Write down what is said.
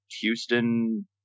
Houston